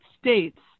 states